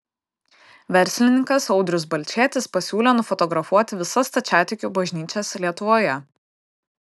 verslininkas audrius balčėtis pasiūlė nufotografuoti visas stačiatikių bažnyčias lietuvoje